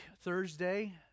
Thursday